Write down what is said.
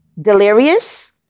delirious